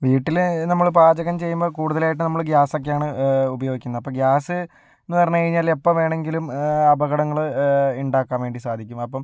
വീട്ടിൽ നമ്മൾ പാചകം ചെയ്യുമ്പം കൂടുതലായിട്ടും നമ്മൾ ഗ്യാസൊക്കെയാണ് ഉപയോഗിക്കുന്നത് അപ്പം ഗ്യാസ് എന്ന് പറഞ്ഞു കഴിഞ്ഞാൽ എപ്പം വേണമെങ്കിലും അപകടങ്ങൾ ഉണ്ടാക്കാൻ വേണ്ടി സാധിക്കും അപ്പം